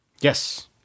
Yes